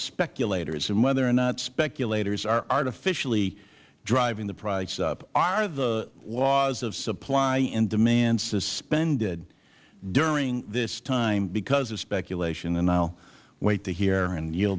speculators and whether or not speculators are artificially driving the price up are the laws of supply and demand suspended during this time because of speculation and i will wait to hear and y